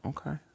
Okay